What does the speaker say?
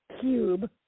cube